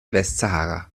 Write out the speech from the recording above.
westsahara